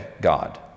God